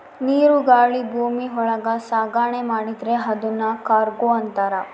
ನೀರು ಗಾಳಿ ಭೂಮಿ ಒಳಗ ಸಾಗಣೆ ಮಾಡಿದ್ರೆ ಅದುನ್ ಕಾರ್ಗೋ ಅಂತಾರ